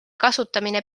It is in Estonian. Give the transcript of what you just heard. kasutamine